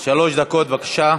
שלוש דקות, בבקשה.